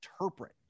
interpret